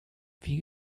wie